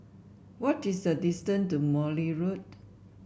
what is the distance to Morley Road